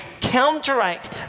counteract